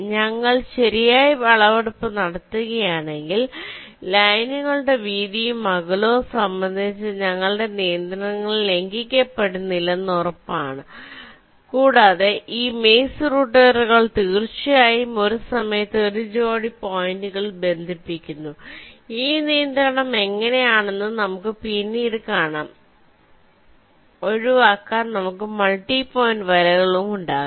ഞങ്ങൾ ശരിയായ അളവെടുപ്പ് നടത്തുകയാണെങ്കിൽ ലൈനുകളുടെ വീതിയും അകലവും സംബന്ധിച്ച ഞങ്ങളുടെ നിയന്ത്രണങ്ങൾ ലംഘിക്കപ്പെടില്ലെന്ന് ഉറപ്പാണ് കൂടാതെ ഈ മെയ്സ് റൂട്ടറുകൾ തീർച്ചയായും ഒരു സമയത്ത് ഒരു ജോടി പോയിന്റുകൾ ബന്ധിപ്പിക്കുന്നു ഈ നിയന്ത്രണം എങ്ങനെയാണെന്ന് നമുക്ക് പിന്നീട് കാണാം ഒഴിവാക്കാം നമുക്ക് മൾട്ടി പോയിന്റ് വലകളും ഉണ്ടാകും